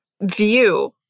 view